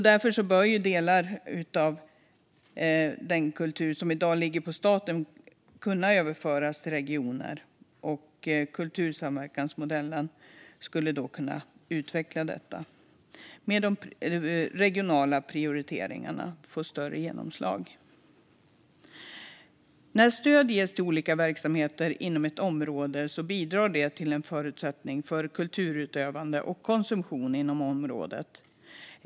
Därför bör delar av den kultur som i dag ligger på staten kunna överföras på regioner. Kultursamverkansmodellen skulle då kunna utveckla detta, och de regionala prioriteringarna skulle få större genomslag. När stöd ges till olika verksamheter inom ett område bidrar det till förutsättningar för kulturutövande och konsumtion inom området.